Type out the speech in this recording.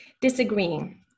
Disagreeing